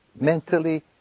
mentally